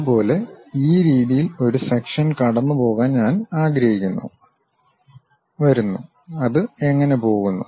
അതുപോലെ ഈ രീതിയിൽ ഒരു സെക്ഷൻ കടന്നുപോകാൻ ഞാൻ ആഗ്രഹിക്കുന്നു വരുന്നു അത് എങ്ങനെ പോകുന്നു